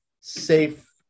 safe